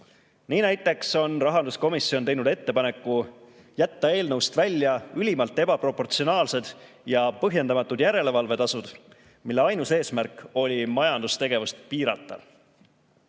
Nii näiteks on rahanduskomisjon teinud ettepaneku jätta eelnõust välja ülimalt ebaproportsionaalsed ja põhjendamatud järelevalvetasud, mille ainus eesmärk oli majandustegevust piirata. Samas